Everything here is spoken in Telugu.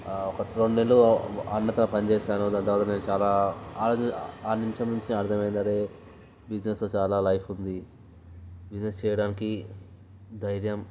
ఒకటి రెండ్నెళ్ళు అన్నతో పనిచేశాను దాని తర్వాత నేను చాలా ఆ నిమిషం నుంచే అర్దమయ్యింది అదే బిజినెస్తో చాలా లైఫ్ ఉంది బిజినెస్ చెయ్యడానికి ధైర్యం